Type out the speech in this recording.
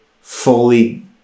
fully